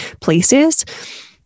places